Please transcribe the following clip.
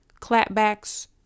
clapbacks